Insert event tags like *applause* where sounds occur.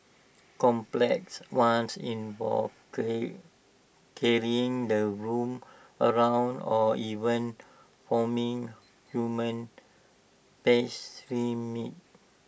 complex ones involve *unintelligible* carrying the groom around or even forming *noise* human pyramids